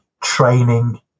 training